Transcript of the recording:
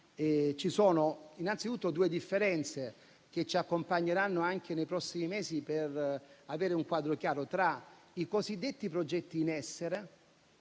ci sono innanzi tutto due differenze, che ci accompagneranno anche nei prossimi mesi per avere un quadro chiaro, tra i cosiddetti progetti in essere,